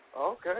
okay